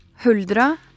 Huldra